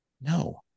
No